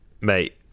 Mate